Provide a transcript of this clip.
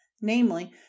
namely